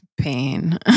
pain